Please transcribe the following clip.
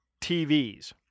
TVs